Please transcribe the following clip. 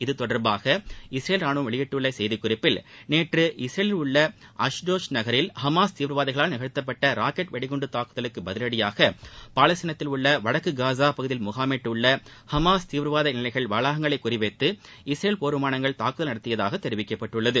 இது தொடர்பாக இஸ்ரேல் ரானுவம் வெளியிட்டுள்ள செய்திக்குறிப்பில் நேற்று இஸ்ரேலில் உள்ள அஷ்டோட் நகரில் ஹமாஸ் தீவிரவாதிகளால் நிகழ்த்தப்பட்ட ராக்கெட் வெடிகுன்டு தாக்குதலுக்கு பதிலடியாக பாலஸ்தீனர்தில் உள்ள வடக்கு காசா பகுதியில் முகாமிட்டுள்ள ஹமாஸ் தீவிரவாத நிலைகளின் வளாகங்களை குறிவைத்து இஸ்ரேல் போர் விமானத்தாக்குதல் நடத்தப்பட்டதாக தெரிவிக்கப்பட்டுள்ளது